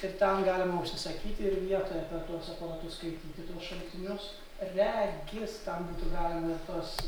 ir ten galima užsisakyti ir vietoje per tuos aparatus skaityti tuos šaltinius ir netgi tau būtų galima tuos